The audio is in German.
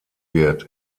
wird